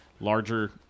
Larger